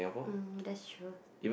um that's true